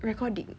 recording